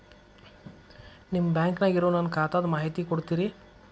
ನಿಮ್ಮ ಬ್ಯಾಂಕನ್ಯಾಗ ಇರೊ ನನ್ನ ಖಾತಾದ ಮಾಹಿತಿ ಕೊಡ್ತೇರಿ?